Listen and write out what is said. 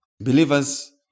Believers